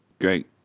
great